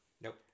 Nope